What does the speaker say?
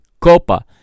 Copa